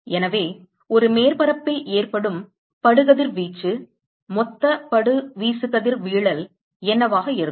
எனவே ஒரு மேற்பரப்பில் ஏற்படும் படு கதிர்வீச்சு மொத்த படு வீசுகதிர்வீழல் என்னவாக இருக்கும்